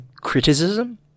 criticism